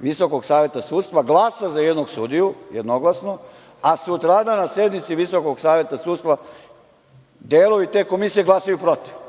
Visokog saveta sudstva glasa za jednog sudiju jednoglasno, a sutradan na sednici Visokog saveta sudstva delovi te komisije glasaju protiv. Znači,